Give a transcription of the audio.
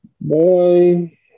Boy